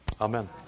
Amen